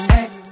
Hey